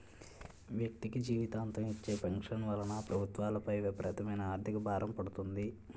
వ్యక్తికి జీవితాంతం ఇచ్చే పెన్షన్ వలన ప్రభుత్వాలపై విపరీతమైన ఆర్థిక భారం పడుతుంది